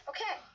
Okay